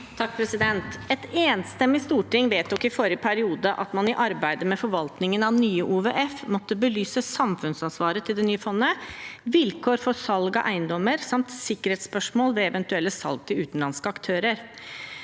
(Sp) Et enstem- mig storting vedtok i forrige periode at man i arbeidet med forvaltningen av nye OVF måtte belyse samfunnsansvaret til det nye fondet, vilkår for salg av eiendommer samt sikkerhetsspørsmål ved eventuelle salg til utenlandske aktører.